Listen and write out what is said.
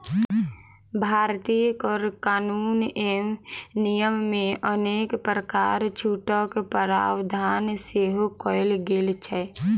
भारतीय कर कानून एवं नियममे अनेक प्रकारक छूटक प्रावधान सेहो कयल गेल छै